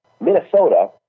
Minnesota